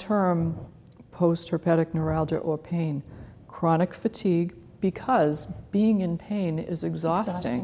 term poster petak neuralgia or pain chronic fatigue because being in pain is exhausting